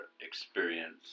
experience